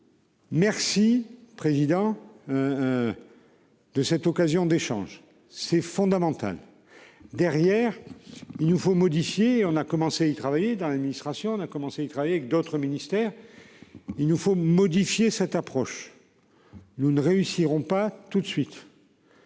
donc.-- Merci président. De cette occasion d'échanges c'est fondamental. Derrière. Il nous faut modifier. On a commencé y'travailler dans l'administration, on a commencé il travailler avec d'autres ministères. Il nous faut modifier cette approche. Nous ne réussirons pas tout de suite.--